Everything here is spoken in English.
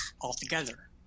altogether